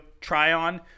Tryon